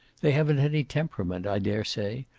they haven't any temperament, i daresay,